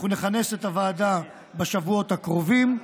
אנחנו נכנס את הוועדה בשבועות הקרובים,